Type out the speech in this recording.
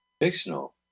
Fictional